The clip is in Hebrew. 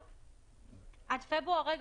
אדוני היושב-ראש,